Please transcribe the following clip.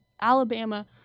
Alabama